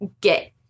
get